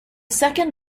second